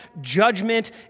judgment